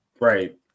Right